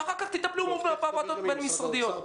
ואחר כך תטפלו בוועדות הבין-משרדיות.